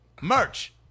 merch